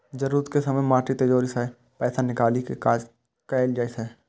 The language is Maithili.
जरूरत के समय माटिक तिजौरी सं पैसा निकालि कें काज कैल जा सकैए